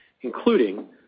including